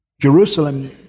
Jerusalem